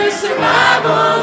survival